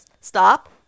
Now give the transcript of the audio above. stop